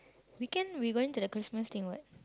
weekend we going to the Christmas thing [what]